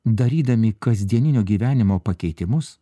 darydami kasdieninio gyvenimo pakeitimus